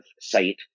sight